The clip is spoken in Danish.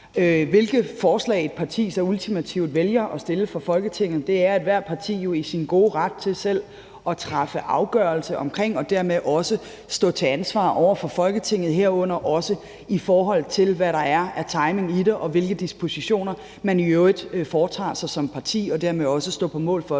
Hvilke forslag et parti så ultimativt vælger at fremsætte i Folketinget, er ethvert parti jo i sin gode ret til selv at træffe afgørelse omkring, og det må man også stå til ansvar for over for Folketinget, herunder også i forhold til hvad der er af timing i det, og i forhold til hvilke dispositioner man i øvrigt foretager sig som parti. Der må man også stå på mål for